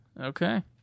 Okay